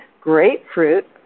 grapefruit